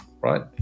right